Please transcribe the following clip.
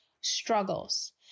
struggles